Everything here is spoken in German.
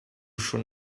schon